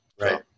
right